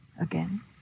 again